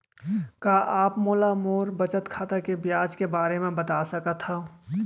का आप मोला मोर बचत खाता के ब्याज के बारे म बता सकता हव?